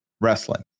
Wrestling